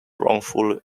wrongful